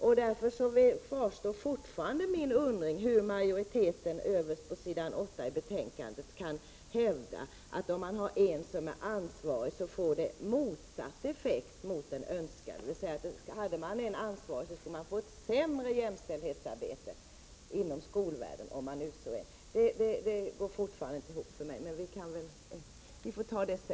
Min undran kvarstår fortfarande, hur majoriteten kan hävda, överst på s. 8 i betänkandet, att det får en effekt motsatt den önskade om man har en jämställdhetsansvarig. Om man hade en ansvarig skulle man alltså få ett sämre jämställdhetsarbete inom skolvärlden. Det går fortfarande inte ihop för mig.